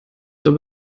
zur